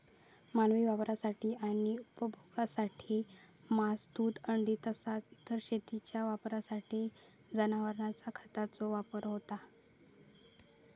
मानवी वापरासाठी आणि उपभोगासाठी मांस, दूध, अंडी तसाच इतर शेतीच्या वापरासाठी जनावरांचा खताचो उपयोग होता